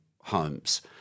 homes